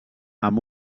amb